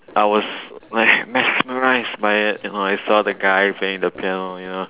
I was like mesmerised by the piano when I saw the guy playing the piano you know